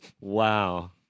Wow